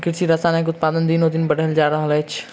कृषि रसायनक उत्पादन दिनोदिन बढ़ले जा रहल अछि